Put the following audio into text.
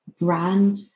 brand